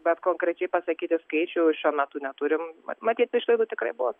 bet konkrečiai pasakyti skaičių šiuo metu neturim matyt išlaidų tikrai bus